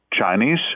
Chinese